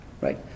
right